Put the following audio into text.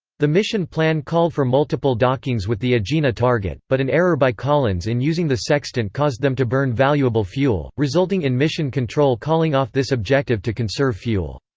the mission plan called for multiple dockings with the agena target, but an error by collins in using the sextant caused them to burn valuable fuel, resulting in mission control calling off this objective to conserve fuel.